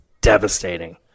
devastating